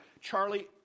Charlie